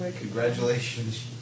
Congratulations